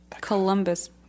Columbus